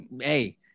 Hey